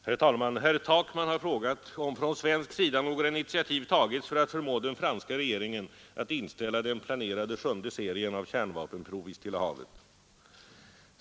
Herr talman! Herr Takman har frågat om från svensk sida några initiativ tagits för att förmå den franska regeringen att inställa den planerade sjunde serien av kärnvapenprov i Stilla havet.